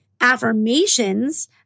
affirmations